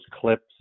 clips